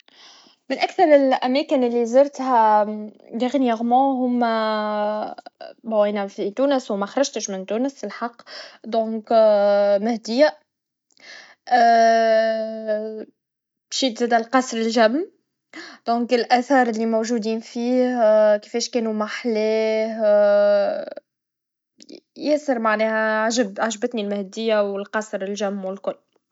مؤخراً، زرت مدينة ساحلية جميلة. كانت الشواطئ رائعة والمياه زرقاء. قمت بممارسة السباحة واستمتعت بأشعة الشمس. أيضاً، زرت السوق التقليدي، وتجولت بين المحلات. كانت الأجواء مبهجة، وتعرفت على ثقافة جديدة. هالتجربة زادت شغفي بالسفر واكتشاف أماكن جديدة.